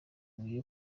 buye